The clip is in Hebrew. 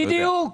בדיוק.